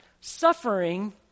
Suffering